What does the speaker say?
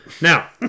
Now